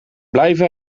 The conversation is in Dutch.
blijven